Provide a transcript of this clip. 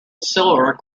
silver